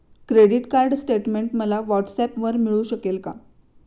Credit card statement मला व्हॉट्सऍपवर मिळू शकेल का?